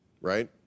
right